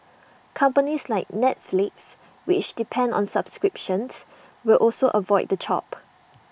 companies like Netflix which depend on subscriptions will also avoid the chop